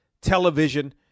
television